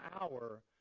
hour